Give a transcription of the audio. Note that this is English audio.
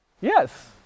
Yes